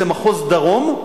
זה מחוז דרום,